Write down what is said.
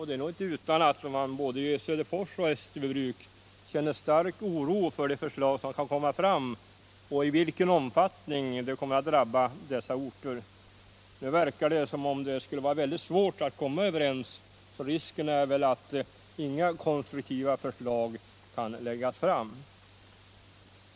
Det är nog inte utan att man i både Söderfors och Österbybruk känner stark oro för de förslag som kan komma fram och i vilken omfattning dessa orter kan komma att drabbas. Nu verkar det som om det skulle vara svårt att komma överens, och risken är väl att inga konstruktiva förslag kan läggas fram.